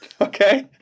Okay